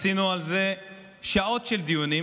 עשינו על זה שעות של דיונים,